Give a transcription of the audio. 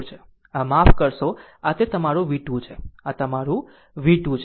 આમ માફ કરશો આ તે તમારી v 2 છે આ તમારી v 2 છે અને આ રેફરન્સ નોડ છે